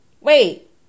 wait